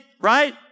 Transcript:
Right